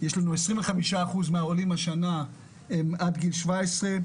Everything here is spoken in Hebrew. יש לנו 25% מהעולים השנה שהם עד גיל 17,